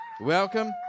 Welcome